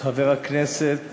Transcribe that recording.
חבר הכנסת